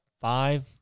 five